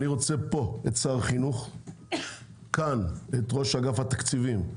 אני רוצה פה את שר החינוך ואת ראש אגף התקציבים,